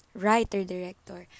writer-director